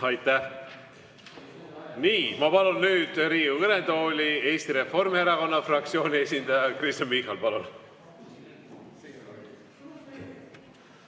Aitäh! Nii, ma palun nüüd Riigikogu kõnetooli Eesti Reformierakonna fraktsiooni esindaja Kristen Michali. Palun!